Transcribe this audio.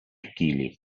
chili